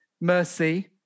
mercy